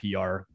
PR